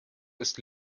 ist